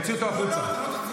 קראתי אותך לסדר, ואתה יורד.